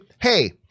hey